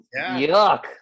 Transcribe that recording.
yuck